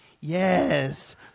yes